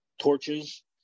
torches